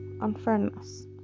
unfairness